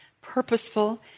purposeful